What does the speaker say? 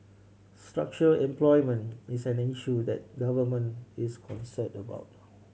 structural unemployment is an issue that the Government is concerned about